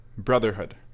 Brotherhood